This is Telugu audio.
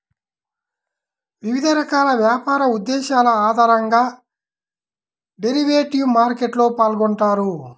వివిధ రకాల వ్యాపార ఉద్దేశాల ఆధారంగా డెరివేటివ్ మార్కెట్లో పాల్గొంటారు